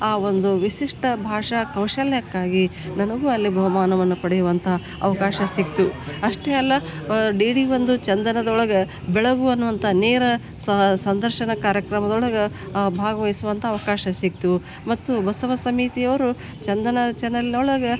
ಆ ಒಂದು ವಿಶಿಷ್ಟ ಭಾಷಾ ಕೌಶಲ್ಯಕ್ಕಾಗಿ ನನಗೂ ಅಲ್ಲಿ ಬಹುಮಾನವನ್ನು ಪಡಿಯುವಂಥ ಅವಕಾಶ ಸಿಕ್ಕಿತು ಅಷ್ಟೇ ಅಲ್ಲ ಡಿ ಡಿ ಒಂದು ಚಂದನದೊಳಗೆ ಬೆಳಗು ಅನ್ನುವಂಥ ನೇರ ಸಂದರ್ಶನ ಕಾರ್ಯಕ್ರಮದೊಳಗೆ ಭಾಗವಹಿಸುವಂಥ ಅವಕಾಶ ಸಿಕ್ಕಿತು ಮತ್ತು ಬಸವ ಸಮಿತಿಯವರು ಚಂದನ ಚಾನಲ್ ಒಳಗೆ